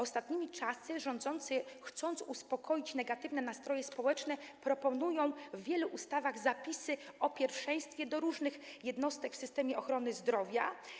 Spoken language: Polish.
Ostatnimi czasy rządzący, chcąc uspokoić negatywne nastroje społeczne, proponują w wielu ustawach zapisy o pierwszeństwie do różnych jednostek w systemie ochrony zdrowia.